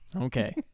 Okay